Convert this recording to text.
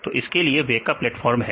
तो इसके लिए वेका प्लेटफार्म है